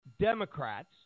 Democrats